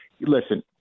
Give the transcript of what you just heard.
listen